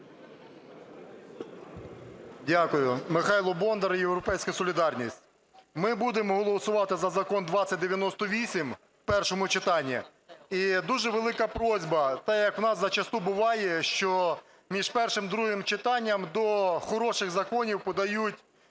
Дякую. Михайло Бондар, "Європейська солідарність". Ми будемо голосувати за Закон 2098 в першому читанні. І дуже велике прохання, так як в нас зачасту буває, що між першим і другим читанням до хороших законів подають